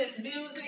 music